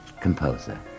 composer